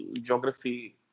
geography